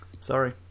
sorry